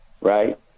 right